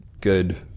good